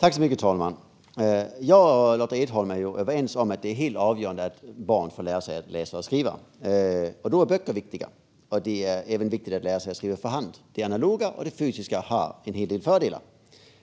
Fru talman! Lotta Edholm och jag är överens om att det är helt avgörande att barn får lära sig att läsa och skriva, och då är böcker viktiga. Det är också viktigt att lära sig att skriva för hand. Det analoga och det fysiska har en del fördelar.